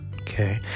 Okay